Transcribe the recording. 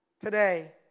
Today